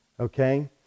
okay